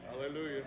Hallelujah